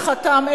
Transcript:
מי חתם,